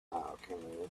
alchemy